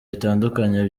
bitandukanye